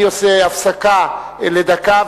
אני עושה הפסקה לדקה,